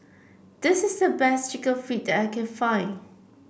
this is the best chicken feet that I can find